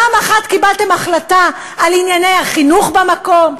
פעם אחת קיבלתם החלטה על ענייני החינוך במקום?